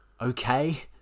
okay